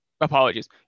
apologies